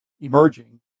emerging